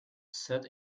sat